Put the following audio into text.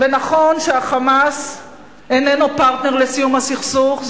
ונכון ש"חמאס" איננו פרטנר לסיום הסכסוך,